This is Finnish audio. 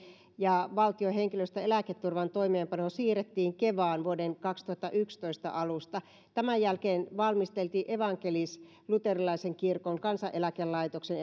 ja valtion henkilöstön eläketurvan toimeenpano siirrettiin kevaan vuoden kaksituhattayksitoista alusta tämän jälkeen valmisteltiin evankelis luterilaisen kirkon kansaneläkelaitoksen